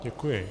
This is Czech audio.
Děkuji.